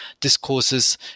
discourses